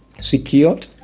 secured